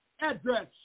address